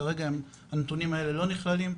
כרגע הנתונים האלה לא נכללים.